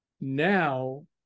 Now